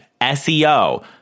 SEO